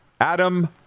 Adam